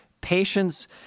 patience